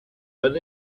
but